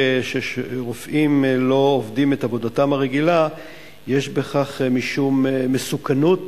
כשרופאים לא עובדים את עבודתם הרגילה יש בכך משום מסוכנות